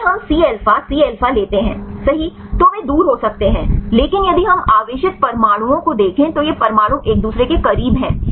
यदि हम C alpha C alpha C alpha - C alpha लेते हैं सही तो वे दूर हो सकते हैं लेकिन यदि हम आवेशित परमाणुओं को देखें तो ये परमाणु एक दूसरे के करीब हैं